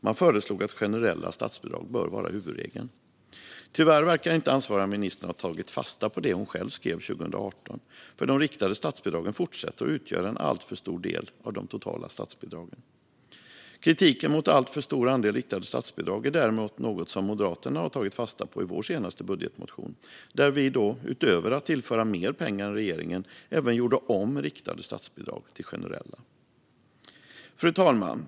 Man föreslog att generella statsbidrag skulle vara huvudregeln. Tyvärr verkar inte den ansvariga ministern ha tagit fasta på det hon själv skrev 2018. De riktade statsbidragen fortsätter nämligen att utgöra en alltför stor del av de totala statsbidragen. Kritiken mot en alltför stor andel riktade statsbidrag är däremot något som vi i Moderaterna har tagit fasta på i vår senaste budgetmotion, där vi utöver att tillföra mer pengar än regeringen även gör om riktade statsbidrag till generella. Fru talman!